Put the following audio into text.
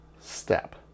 step